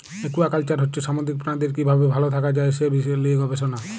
aquaculture হচ্ছে সামুদ্রিক প্রাণীদের কি ভাবে ভাল থাকা যায় সে লিয়ে গবেষণা